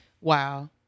Wow